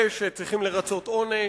אלה שצריכים לרצות עונש,